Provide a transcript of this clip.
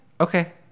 Okay